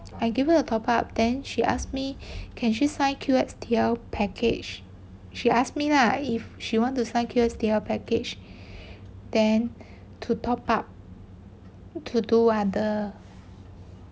I give her the top up then she ask me can she sign Q_S_T_L package she asked me lah if she want to sign Q_S_T_L package then to top up to do other